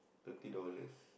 thirty dollars